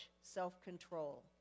self-control